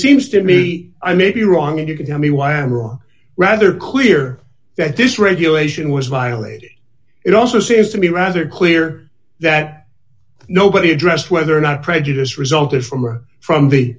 seems to me i may be wrong and you can tell me why i am wrong rather clear that this regulation was violated it also seems to be rather clear that nobody addressed whether or not prejudice resulted from or from the